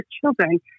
children